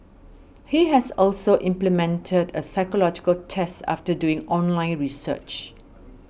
he has also implemented a psychological test after doing online research